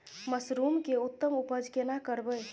Mushroom के उत्तम उपज केना करबै?